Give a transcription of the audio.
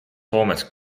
soomes